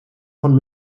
von